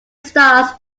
starts